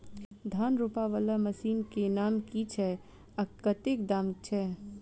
धान रोपा वला मशीन केँ नाम की छैय आ कतेक दाम छैय?